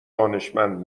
دانشمند